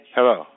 Hello